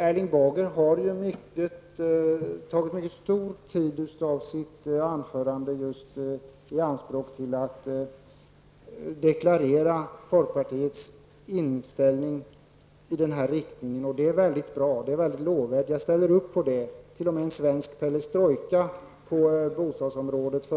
Erling Bager har tagit i anspråk en mycket stor del av sitt anförande till att deklarera folkpartiets inställning i detta avseende. Det är mycket bra och lovvärt, och jag ställer mig bakom detta. Erling Bager förespråkade t.o.m. en svensk perestrojka på bostadsområdet.